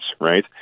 Right